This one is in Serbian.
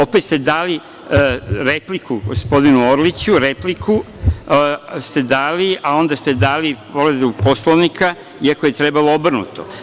Opet ste dali repliku gospodinu Orliću, repliku ste dali, a onda ste dali povredu Poslovnika, iako je trebalo obrnuto.